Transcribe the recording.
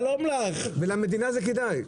ולמדינה זה כדאי.